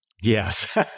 Yes